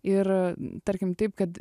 ir tarkim taip kad